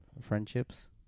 friendships